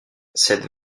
cette